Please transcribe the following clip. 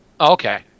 Okay